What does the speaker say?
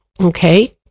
Okay